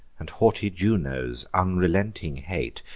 and haughty juno's unrelenting hate,